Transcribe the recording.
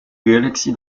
galaxie